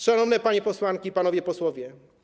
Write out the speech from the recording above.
Szanowne Panie Posłanki i Panowie Posłowie!